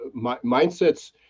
mindsets